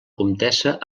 comtessa